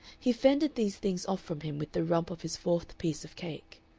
he fended these things off from him with the rump of his fourth piece of cake.